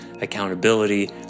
accountability